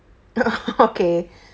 okay